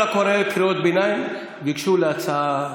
כל קוראי קריאות הביניים ביקשו הצעה נוספת.